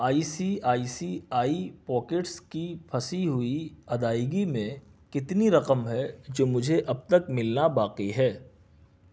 آئی سی آئی سی آئی pockets کی پھنسی ہوئی ادائیگی میں کتنی رقم ہے جو مجھے اب تک ملنا باقی ہے